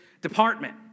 department